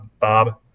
Bob